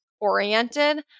oriented